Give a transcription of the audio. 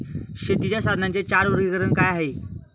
शेतीच्या साधनांचे चार वर्गीकरण काय आहे?